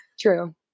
true